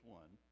one